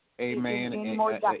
amen